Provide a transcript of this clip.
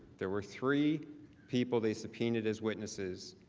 there were three people they subpoenaed as witnesses,